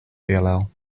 dll